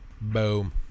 Boom